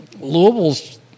Louisville's